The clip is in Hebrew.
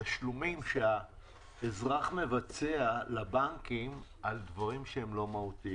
תשלומים שהאזרח מבצע לבנקים על דברים שהם לא מהותיים.